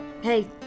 hey